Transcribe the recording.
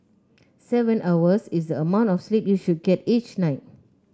seven hours is the amount of sleep you should get each night